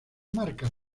marcas